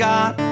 God